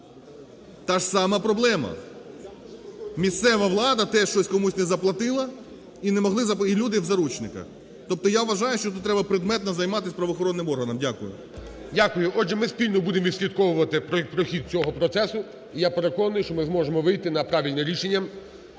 Та ж сама проблема. Місцева влада теж щось комусь не заплатила, і люди в заручниках. Тобто, я вважаю, що тут треба предметно займатися правоохоронним органам. Дякую. ГОЛОВУЮЧИЙ. Дякую. Отже, ми спільно будемо відслідковувати прохід цього процесу. І я переконаний, що ми зможемо вийти на правильне рішення.